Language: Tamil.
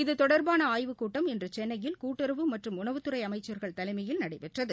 இது தொடர்பான ஆய்வுக்கூட்டம் இன்று சென்னையில் கூட்டுறவு மற்றும் உணவுத்துறை அமைச்சர்கள் தலைமையில் நடைபெற்றது